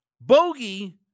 Bogey